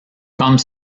comme